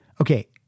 okay